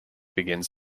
begins